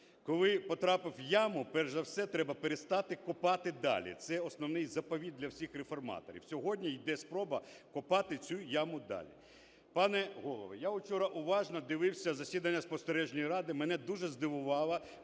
Коли потрапив в яму, перш за все треба перестати копати далі. Це основний заповіт для всіх реформаторів. Сьогодні йде спроба копати цю яму далі. Пане Голово, я вчора уважно дивився засідання спостережної ради, мене дуже здивувало,